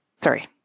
Sorry